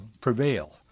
prevail